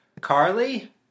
Carly